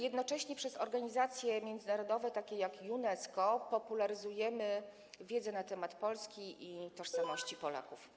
Jednocześnie przez organizacje międzynarodowe takie jak UNESCO popularyzujemy wiedzę na temat Polski i tożsamości Polaków.